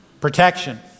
Protection